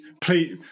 please